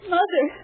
Mother